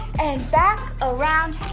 and back, around,